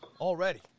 already